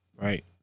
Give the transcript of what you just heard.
Right